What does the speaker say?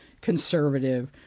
conservative